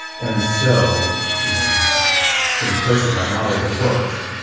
and so you know in place of that model that worked